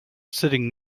sitting